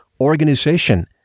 organization